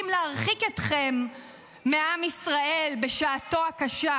להרחיק אתכם מעם ישראל בשעתו הקשה.